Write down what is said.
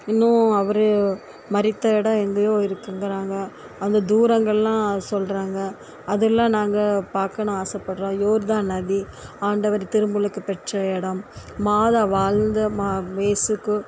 இன்னும் அவரு மரித்த இடம் எங்கேயோ இருக்குங்கிறாங்க அங்க தூரங்கள்லாம் சொல்கிறாங்க அது எல்லாம் நாங்கள் பார்க்கணும் ஆசைப்பட்றோம் யோர்தான் நதி ஆண்டவர் திருமுழக்கு பெற்ற இடம் மாதா வாழ்ந்த மா ஏசுக்கு